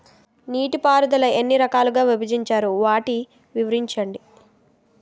నీటిపారుదల ఎన్ని రకాలుగా విభజించారు? వాటి వివరించండి?